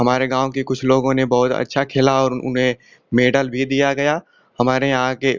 हमारे गाँव के कुछ लोगों ने बहुत अच्छा खेला और उन्हें मेडल भी दिया गया हमारे यहाँ के